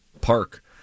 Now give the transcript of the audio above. park